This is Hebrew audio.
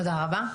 תודה רבה.